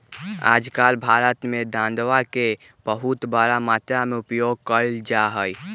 आजकल भारत में बांडवा के बहुत बड़ा मात्रा में उपयोग कइल जाहई